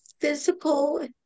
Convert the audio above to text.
physical